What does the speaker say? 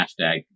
hashtag